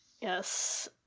Yes